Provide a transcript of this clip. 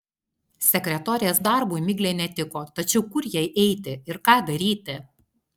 sekretorės darbui miglė netiko tačiau kur jai eiti ir ką daryti